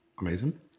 Amazing